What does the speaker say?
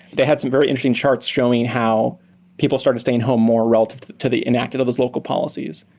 they had some very interesting charts showing how people started staying home more relative to the enacted of these local policies.